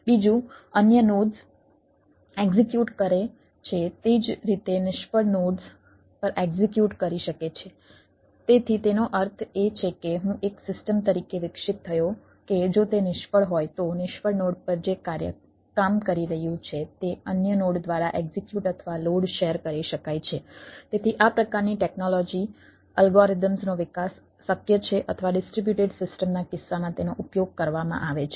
બીજું અન્ય નોડ્સ નો વિકાસ શક્ય છે અથવા ડિસ્ટ્રિબ્યુટેડ સિસ્ટમના કિસ્સામાં તેનો ઉપયોગ કરવામાં આવે છે